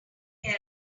care